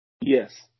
Yes